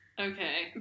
Okay